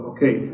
Okay